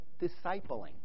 discipling